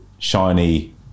Shiny